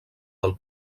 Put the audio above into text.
del